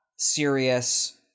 serious